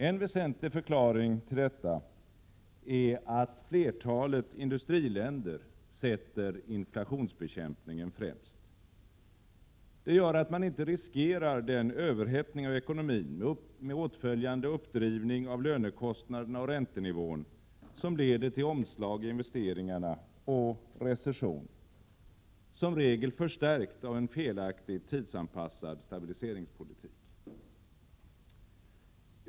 En väsentlig förklaring härtill är att flertalet industriländer sätter inflationsbekämpningen främst. Det gör att man inte riskerar den överhettning av ekonomin med åtföljande uppdrivning av lönekostnaderna och räntenivån som leder till omslag i investeringarna och recession — som regel förstärkt av en felaktig tidsanpassad stabiliseringspolitik.